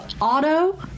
auto